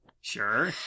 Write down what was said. sure